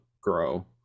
grow